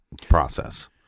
process